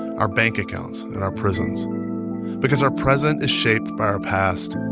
our bank accounts and our prisons because our present is shaped by our past,